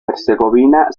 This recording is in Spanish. herzegovina